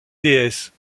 déesses